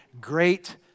great